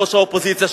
ראש האופוזיציה,